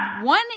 One